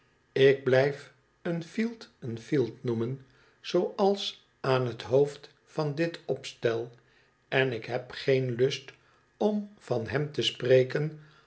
ik blijf een fielt een fielt noemen zooals aan het hoofd van dit opstel en ik heb geen lust om van hem te spreken